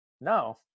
No